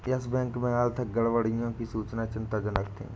yes Bank में आर्थिक गड़बड़ी की सूचनाएं चिंताजनक थी